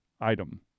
item